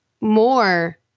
more